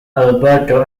alberto